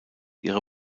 ihre